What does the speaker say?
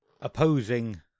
opposing